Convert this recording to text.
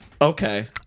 Okay